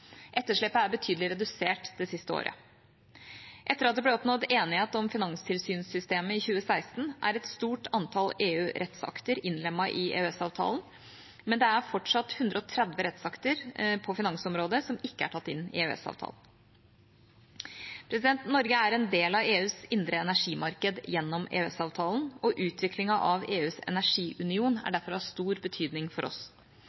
Etterslepet er betydelig redusert det siste året. Etter at det ble oppnådd enighet om finanstilsynssystemet i 2016, er et stort antall EU-rettsakter innlemmet i EØS-avtalen, men det er fortsatt 130 rettsakter på finansområdet som ikke er tatt inn i EØS-avtalen. Norge er en del av EUs indre energimarked gjennom EØS-avtalen, og utviklingen av EUs energiunion er derfor av stor betydning for oss.